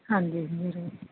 ਹਾਂਜੀ ਹਾਂਜੀ